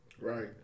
Right